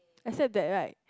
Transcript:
except that right